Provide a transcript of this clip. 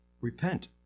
repent